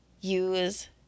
use